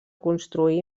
construir